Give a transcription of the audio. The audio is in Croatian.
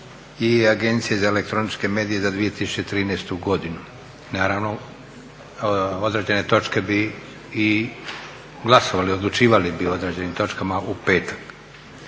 i Agencije za elektroničke medije za 2013. godinu. Naravno određene točke bi i glasovali, odlučivali bi o odraženim točkama u petak.